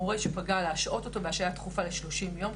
מורה שפגע להשעות אותו בהשעיה דחופה לשלושים יום,